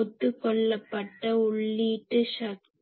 ஒத்துக்கொள்ளப்பட்ட உள்ளீட்டு சக்தி